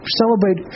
celebrate